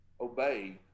obey